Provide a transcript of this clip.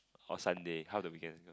or Sunday half of the weekends